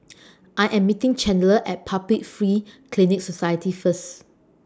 I Am meeting Chandler At Public Free Clinic Society First